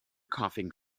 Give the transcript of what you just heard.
coughing